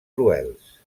cruels